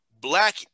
black